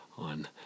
on